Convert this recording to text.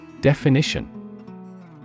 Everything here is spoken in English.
Definition